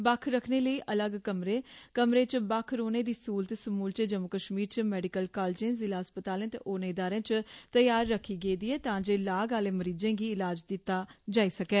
बक्ख रक्खने लेई अलग कमरें कमरें च बक्ख रौहने दी सूहलत समूलचें जम्मू कश्मीर मैडिकल कालेजें जिला अस्पतालें ते होरनें इदारें च त्यार रक्खी गेदी ऐ तांजे लाग आहले मरीजें गी इलाज दिता जाई सकै